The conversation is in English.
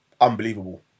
unbelievable